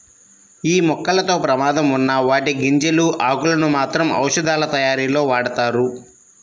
యీ మొక్కలతో ప్రమాదం ఉన్నా కూడా వాటి గింజలు, ఆకులను మాత్రం ఔషధాలతయారీలో వాడతారు